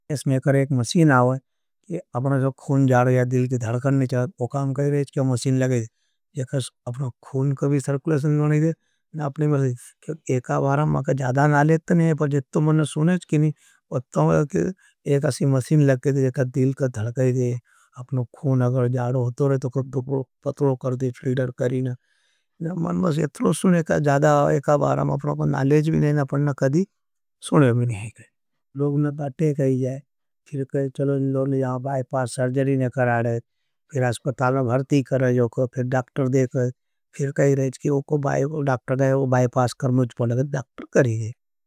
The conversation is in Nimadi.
इसमें अकर एक मसीन आओ है कि अपना जो खुण जाड़ या दिल की धड़कन नहीं चाहते। वो काम कहे रहे हैं कि अपना मसीन लगे थे। अपना खुण कभी सर्कुलेशन नहीं दे। एका बारा मैं कहा ज़्यादा नालेज नहीं है पर इत्तो मनन सुनेज की नहीं। उत्तो मैं कहा कि एक असी मसीन लगे थे ज़्यादा दिल की धड़कन नहीं दे। अपना खुण अगर जाड़ होतो रहे तो कुछ पतलो करते हैं खुण फ्रीडर करें नहीं धावारत होते हैं। वो चलो उसलों ज़िसे पर वापस हर्जरी नहीं कराएँ, फिर आस्पताल में भर्ती करें जोको, फिर ड़क्टर दे करें फिर कहिंगे सरका इसो बाय बायपास करते हैं।